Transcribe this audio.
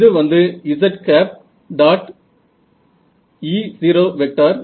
இது வந்து z